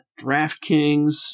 DraftKings